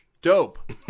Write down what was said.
Dope